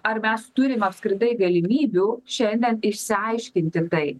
ar mes turim apskritai galimybių šiandien išsiaiškinti tai